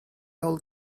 old